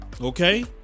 okay